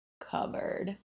covered